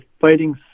Fighting